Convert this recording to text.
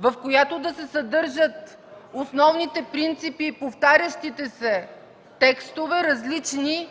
в която да се съдържат основните принципи и повтарящите се текстове, различни,